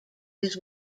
his